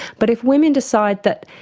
but if women decide that